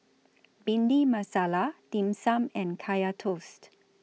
Bhindi Masala Dim Sum and Kaya Toast